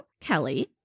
kelly